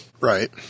Right